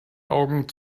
augen